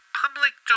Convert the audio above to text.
public